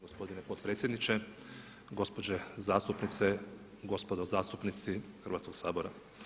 Gospodine potpredsjedniče, gospođe zastupnice, gospodo zastupnici Hrvatskog sabora.